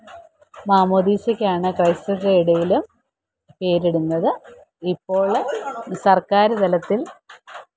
മാമോദീസയ്ക്കാണ് ക്രൈസ്തവരുടെ ഇടയിലും പേരിടുന്നത് ഇപ്പോൾ സര്ക്കാർ തലത്തില്